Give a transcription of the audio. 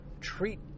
treat